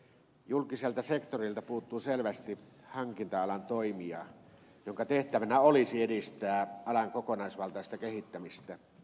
julkiselta sektorilta puuttuu selvästi hankinta alan toimija jonka tehtävänä olisi edistää alan kokonaisvaltaista kehittämistä